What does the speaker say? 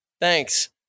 thanks